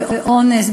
באונס,